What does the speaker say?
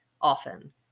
Often